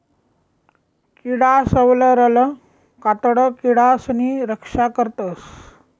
किडासवरलं कातडं किडासनी रक्षा करस